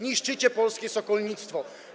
Niszczycie polskie sokolnictwo.